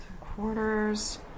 Quarters